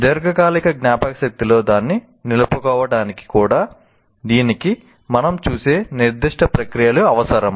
దీర్ఘకాలిక జ్ఞాపకశక్తిలో దాన్ని నిలుపుకోవటానికి కూడా దీనికి మనం చూసే నిర్దిష్ట ప్రక్రియలు అవసరం